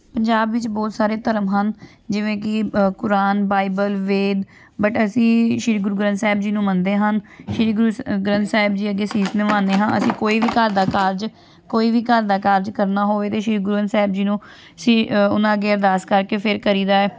ਪੰਜਾਬ ਵਿੱਚ ਬਹੁਤ ਸਾਰੇ ਧਰਮ ਹਨ ਜਿਵੇਂ ਕਿ ਕੁਰਾਨ ਬਾਈਬਲ ਵੇਦ ਬਟ ਅਸੀਂ ਸ਼੍ਰੀ ਗੁਰੂ ਗ੍ਰੰਥ ਸਾਹਿਬ ਜੀ ਨੂੰ ਮੰਨਦੇ ਹਨ ਸ਼੍ਰੀ ਗੁਰੂ ਗ੍ਰੰਥ ਸਾਹਿਬ ਜੀ ਅੱਗੇ ਸੀਸ ਨਿਵਾਉਂਦੇ ਹਾਂ ਅਸੀਂ ਕੋਈ ਵੀ ਘਰ ਦਾ ਕਾਰਜ ਕੋਈ ਵੀ ਘਰ ਦਾ ਕਾਰਜ ਕਰਨਾ ਹੋਵੇ ਅਤੇ ਸ਼੍ਰੀ ਗੁਰੂ ਗ੍ਰੰਥ ਸਾਹਿਬ ਜੀ ਨੂੰ ਸੀ ਉਹਨਾਂ ਅੱਗੇ ਅਰਦਾਸ ਕਰਕੇ ਫਿਰ ਕਰੀਦਾ